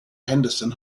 henderson